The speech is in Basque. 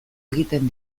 egiten